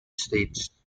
states